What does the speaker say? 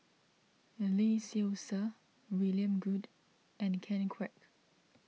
Lee Seow Ser William Goode and Ken Kwek